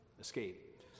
escape